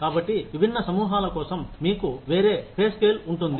కాబట్టి విభిన్నసమూహాల కోసం మీకు వేరే పే స్కేల్ ఉంటుంది